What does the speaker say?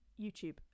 YouTube